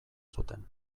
zuten